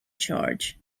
charge